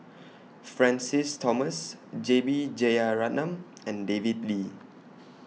Francis Thomas J B Jeyaretnam and David Lee